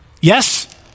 yes